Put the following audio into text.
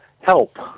help